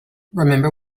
remember